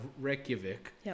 Reykjavik